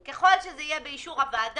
כי בכל חדרי הכושר המדריכים